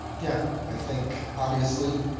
yeah. i think obviously,